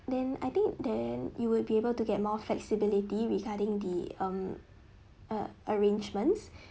then I think then you will be able to get more flexibility regarding the um uh arrangements